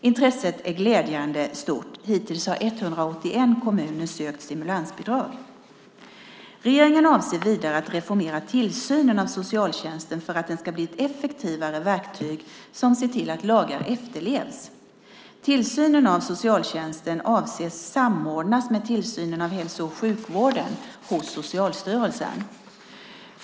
Intresset är glädjande stort; hittills har 181 kommuner sökt stimulansbidrag. Regeringen avser vidare att reformera tillsynen av socialtjänsten för att den ska bli ett effektivare verktyg som ser till att lagar efterlevs. Tillsynen av socialtjänsten avses samordnas med tillsynen av hälso och sjukvården hos Socialstyrelsen.